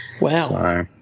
wow